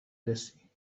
رسی